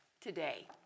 today